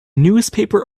newspaper